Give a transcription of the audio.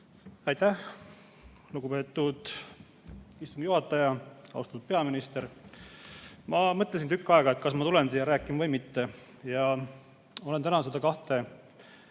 Aitäh, lugupeetud istungi juhataja! Austatud peaminister! Ma mõtlesin tükk aega, kas ma tulen siia rääkima või mitte. Ma olen täna seda kahte